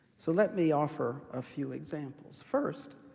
so let me offer a few examples. first,